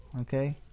Okay